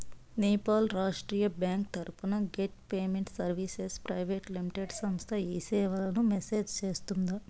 Nepal Rashtriya bank తరపున gate payment services private limited సంస్థ ఈ సేవలను మేనేజ్ సేస్తుందా?